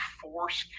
force